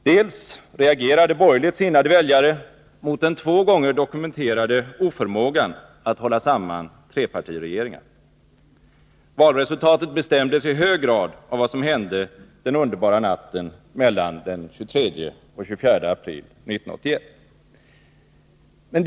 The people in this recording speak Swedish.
Dels reagerade borgerligt sinnade väljare mot den två gånger dokumenterade oförmågan att hålla samman trepartiregeringar. Valresultatet bestämdes i hög grad av vad som hände den underbara natten mellan den 23 och 24 april 1981.